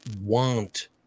want